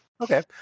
Okay